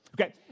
Okay